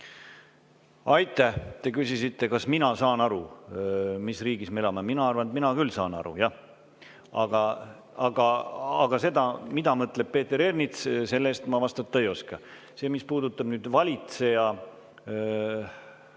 Aitäh! Te küsisite, kas mina saan aru, mis riigis me elame. Mina arvan, et mina küll saan aru, jah. Aga seda, mida mõtleb Peeter Ernits, ma vastata ei oska. Mis puudutab "valitseja"